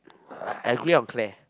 I agree on Claire